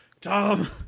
Tom